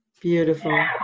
Beautiful